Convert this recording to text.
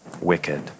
wicked